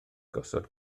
gosod